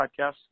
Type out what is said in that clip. Podcast